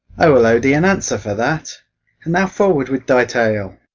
i will owe thee an answer for that and now forward with thy tale.